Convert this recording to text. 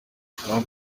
trump